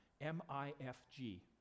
M-I-F-G